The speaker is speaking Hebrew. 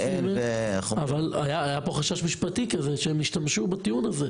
היה כאן חשש משפטי שהם ישתמשו בטיעון הזה.